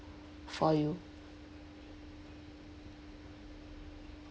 for you